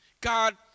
God